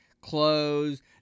clothes